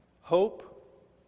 Hope